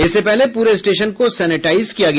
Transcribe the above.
इससे पहले पूरे स्टेशन को सेनेटाइज किया गया